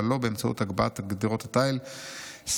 אבל לא באמצעות הגבהת גדרות התיל סביב